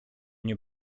nie